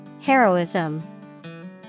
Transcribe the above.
Heroism